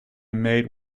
maid